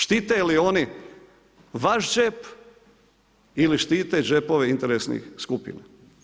Štite li oni vaš džep ili štite džepove interesnih skupina?